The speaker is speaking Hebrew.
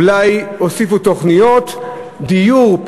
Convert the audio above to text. אולי הוסיפו תוכניות דיור,